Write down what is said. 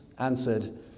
answered